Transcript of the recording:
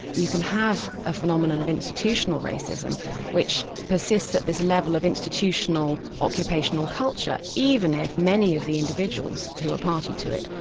you can have a phenomenon of institutional racism which persists at this level of institutional occupational culture, even if many of the individuals who are party to it,